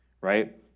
right